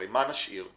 הרי אמרנו